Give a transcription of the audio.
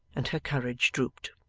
and her courage drooped.